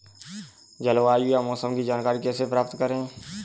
जलवायु या मौसम की जानकारी कैसे प्राप्त करें?